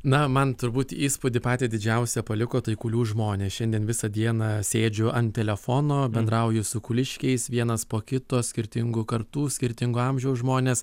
na man turbūt įspūdį patį didžiausią paliko tai kulių žmonės šiandien visą dieną sėdžiu ant telefono bendrauju su kuliškiais vienas po kito skirtingų kartų skirtingo amžiaus žmonės